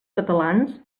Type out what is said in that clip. catalans